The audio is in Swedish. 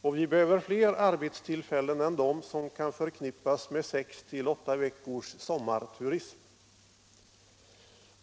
och vi behöver fler arbetstillfällen än de som kan förknippas med sex till åtta veckors sommarturism.